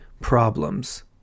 problems